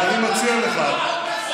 ואני מציע לך,